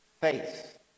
faith